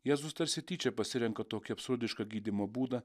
jėzus tarsi tyčia pasirenka tokį absurdišką gydymo būdą